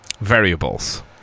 variables